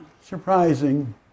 surprising